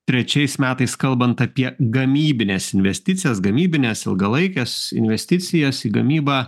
trečiais metais metais kalbant apie gamybines investicijas gamybines ilgalaikes investicijas į gamybą